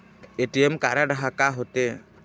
ATM card हा का होते?